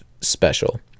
special